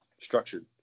structured